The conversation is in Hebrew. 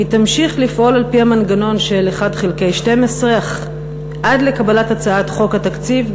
והיא תמשיך לפעול על-פי המנגנון של 1 חלקי 12 עד לקבלת הצעת חוק התקציב,